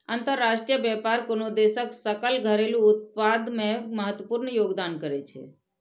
अंतरराष्ट्रीय व्यापार कोनो देशक सकल घरेलू उत्पाद मे महत्वपूर्ण योगदान करै छै